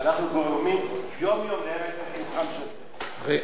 שאנחנו גורמים יום-יום להרס חינוכם של הנוער שלנו.